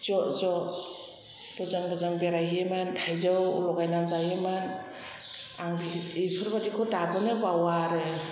ज' ज' गोजान गोजान बेरायहैयोमोन थाइजौ लगायनानै जायोमोन आं बेफोरबादिखौ दाबोनो बावा आरो